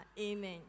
Amen